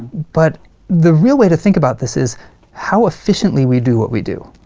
but the real way to think about this is how efficiently we do what we do,